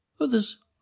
Others